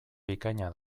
bikaina